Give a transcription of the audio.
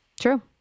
True